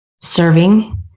serving